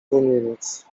rumieniec